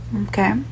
Okay